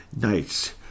Nice